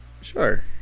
Sure